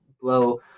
blow